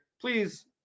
Please